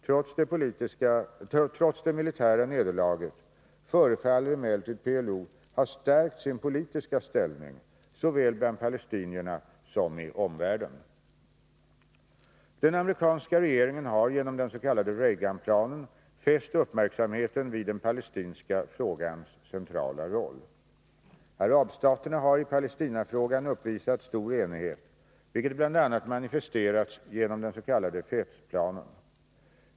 Trots det militära nederlaget, att förbättra situationen i Libanon förefaller emellertid PLO ha stärkt sin politiska ställning såväl bland palestinierna som i omvärlden. Den amerikanska regeringen har genom den s.k. Reagan-planen fäst uppmärksamheten vid den palestinska frågans centrala roll. Arabstaterna har i Palestinafrågan uppvisat stor enighet, vilket bl.a. manifesterats genom den s.k. Fez-planen.